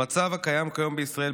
במצב הקיים כיום בישראל,